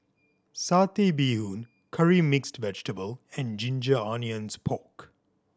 Satay Bee Hoon Curry Mixed Vegetable and ginger onions pork